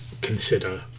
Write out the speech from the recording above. consider